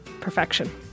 perfection